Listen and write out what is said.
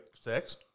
six